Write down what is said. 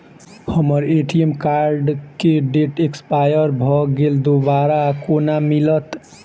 हम्मर ATM card केँ date expire भऽ गेल दोबारा कोना मिलत?